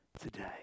today